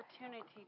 opportunity